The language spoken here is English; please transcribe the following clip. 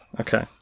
Okay